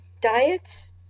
diets